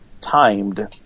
timed